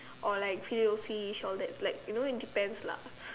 or like filet o fish or all that like you know it depends lah